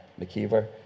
McKeever